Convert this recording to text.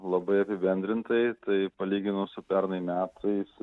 labai apibendrintai tai palyginus su pernai metais